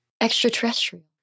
Extraterrestrial